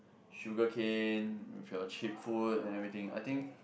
sugar cane with your cheap food and everything I think